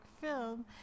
film